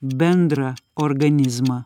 bendrą organizmą